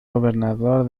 gobernador